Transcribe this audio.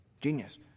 Genius